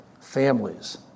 families